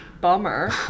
Bummer